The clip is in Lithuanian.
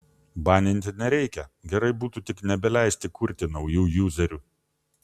baninti nereikia gerai būtų tik nebeleisti kurti naujų juzerių